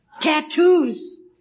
tattoos